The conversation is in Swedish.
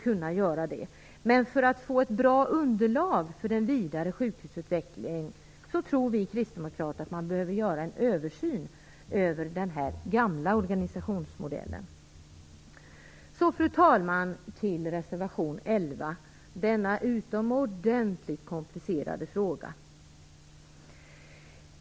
Men för att få ett bra underlag för en vidare sjukhusutveckling tror vi kristdemokrater att man behöver göra en översyn av den gamla organisationsmodellen. Fru talman! Så till reservation nr 11 som behandlar en utomordentligt komplicerad fråga.